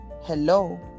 Hello